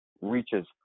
reaches